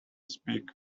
speak